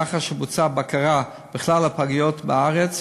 לאחר שבוצעה בקרה בכלל הפגיות בארץ,